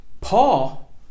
Paul